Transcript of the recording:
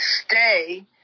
stay